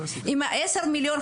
עם ה-10 מיליון,